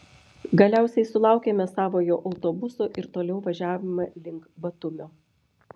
galiausiai sulaukėme savojo autobuso ir toliau važiavome link batumio